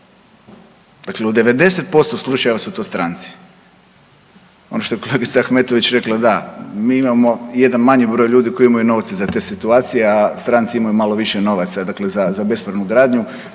dakle u 90% slučajeva su to stranci, ono što je kolegica Ahmetović rekla da mi imamo jedan manji broj ljudi koji imaju novce za te situacije, a stranci imaju malo više novaca, dakle za bespravnu gradnju,